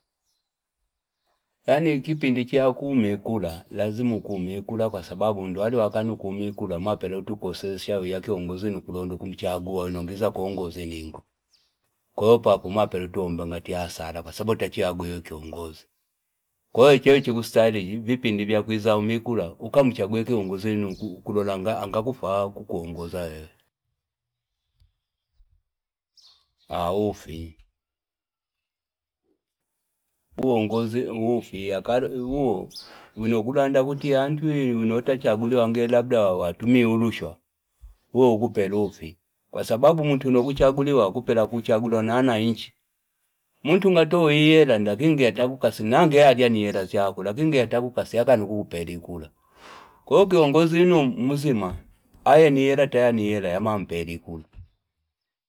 Yani kipindi chakula ikula ilazima ukume ikula kwa sababu chi wala wakana kuma ikula umapela utu kosesha wiya kiongozi wino ukulonda kumchagua wino amiza akuongoza ningo kwaiyo papo umapela ngati utomba iyasala kwa sababu umapela utachangwiwe kiongozi kwahiyo achino chikustahili vipindi vya kwiza uma ikula ukamchague kiongozi wino ukuki akufaa kuongoza wewe aa uufii uongozi ufi uo muyo kulanda akuti wino ata chaguliwa labda watumi irushwa uo ukupela uufi kwa sababu muntu wino akuchaguliwa akupela akuchaguliwana ananchi muntu ungatoa iheh lakini ngi yatakukasi na ange yalyani hela zyakwe lakini ngi yatakukasi yakane nu kukupela ikula kwahiyo kiongozi wino umzima aye ni hela ataya ni hela yamampela ikula.